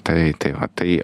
tai tai va tai